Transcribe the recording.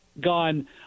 gone